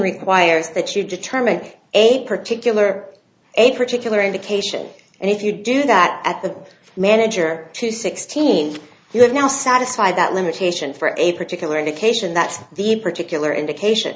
requires that you determine a particular a particular indication and if you do that at the manager to sixteen you have now satisfied that limitation for a particular indication that the particular indication